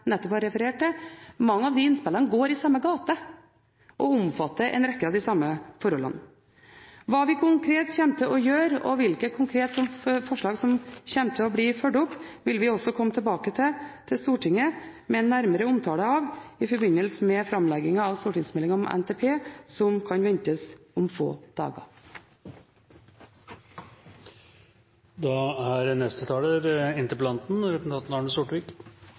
nettopp har referert til, går i samme gate og omfatter en rekke av de samme forholdene. Hva vi konkret kommer til å gjøre, og hvilke konkrete forslag som kommer til å bli fulgt opp, vil vi komme tilbake til Stortinget med en nærmere omtale av i forbindelse med framleggingen av stortingsmeldingen om NTP, som kan ventes om få dager. Takk for svaret. Statsråden har helt rett i at det er